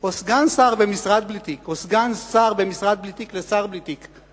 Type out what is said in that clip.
או סגן שר במשרד בלי תיק או סגן שר במשרד בלי תיק לשר בלי תיק,